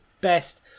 best